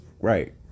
Right